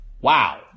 wow